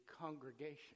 congregation